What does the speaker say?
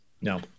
No